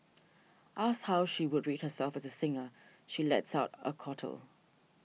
asked how she would rate herself as a singer she lets out a chortle